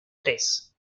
tres